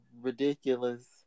ridiculous